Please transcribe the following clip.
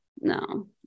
no